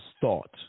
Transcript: thought